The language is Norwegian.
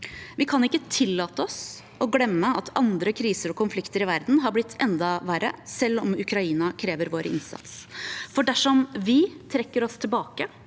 Vi kan ikke tillate oss å glemme at andre kriser og konflikter i verden har blitt enda verre, selv om Ukraina krever vår innsats, for dersom vi trekker oss tilbake,